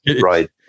right